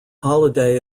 holiday